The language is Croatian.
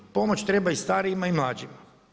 Pomoć treba i stadijima i mlađima.